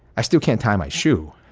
i still can't tie my shoe.